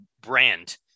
brand